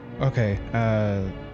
okay